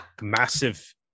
massive